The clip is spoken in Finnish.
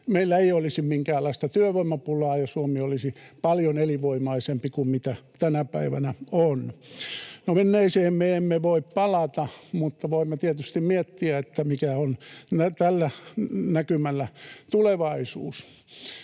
meillä ei olisi minkäänlaista työvoimapulaa ja Suomi olisi paljon elinvoimaisempi kuin mitä tänä päivänä on. No, menneeseen me emme voi palata, mutta voimme tietysti miettiä, mikä on tällä näkymällä tulevaisuus.